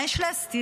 מה יש להסתיר?